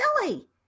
silly